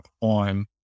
on